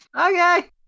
Okay